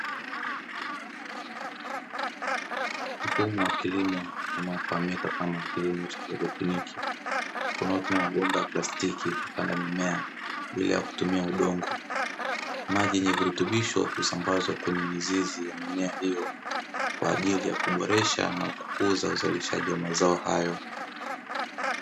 Mfumo wa kilimo unaofahamika kama kilimo cha haidroponi unaotumia mabomba ya plastiki, kupanda mimea bila ya kutumia udongo. Maji yenye virutubisho husambazwa kwenye mizizi ya mimea hiyo kwa ajili ya kuboresha na kukuza uzalishaji wa mazao hayo.